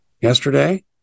yesterday